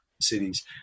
cities